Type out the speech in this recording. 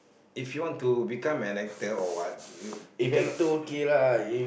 if you want to become an actor or what you you cannot